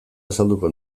azalduko